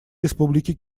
республики